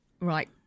Right